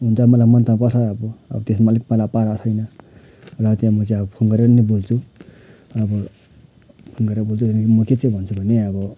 हुनु त मलाई मन त पर्छ अब त्यसमा अलिक मलाई पारा छैन र त्यहाँ म चाहिँ अब फोन गरेर नै बोल्छु अब फोन गरेर बोल्छु त्यहाँदेखि म के चाहिँ भन्छु भने अब